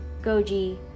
goji